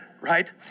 right